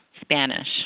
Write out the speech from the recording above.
Spanish